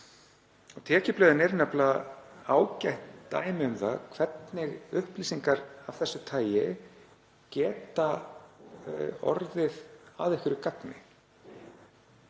Tekjublöðin eru nefnilega ágætt dæmi um það hvernig upplýsingar af þessu tagi geta orðið að einhverju gagni,